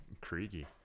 creaky